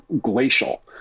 glacial